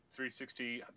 $360